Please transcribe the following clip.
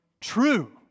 True